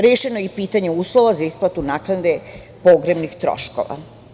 Rešeno je i pitanje uslova za isplatu naknade pogrebnih troškova.